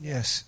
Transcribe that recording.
Yes